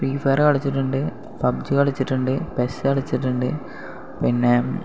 free fire കളിച്ചിട്ടുണ്ട് PUBG കളിച്ചിട്ടുണ്ട് PES കളിച്ചിട്ടുണ്ട് പിന്നെ